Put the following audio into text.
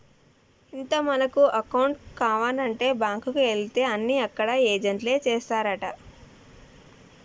ఇంత మనకు అకౌంట్ కావానంటే బాంకుకు ఎలితే అన్ని అక్కడ ఏజెంట్లే చేస్తారంటా